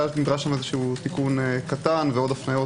היה רק נדרש שם תיקון קטן ועוד הפניות